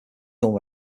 film